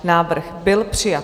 Návrh byl přijat.